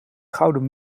gouden